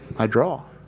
i draw.